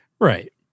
Right